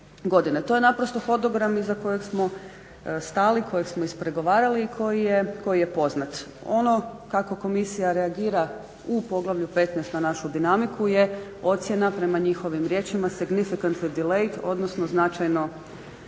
To je naprosto hodobran iza kojeg smo stali koji smo ispregovarali i koji je poznat. Ono kako komisija reagira u poglavlju 15 na našu dinamiku je ocjena prema njihovim riječima significant delay odnosno značajno